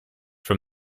from